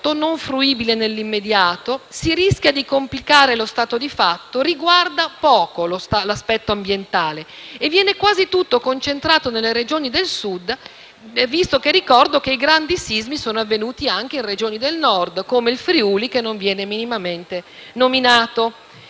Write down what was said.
non fruibile nell'immediato. Si rischia di complicare lo stato di fatto, riguarda poco l'aspetto ambientale e viene quasi tutto concentrato nelle Regioni del Sud, ma ricordo che i grandi sismi sono avvenuti anche in Regioni del Nord, come il Friuli, che non viene minimamente nominato.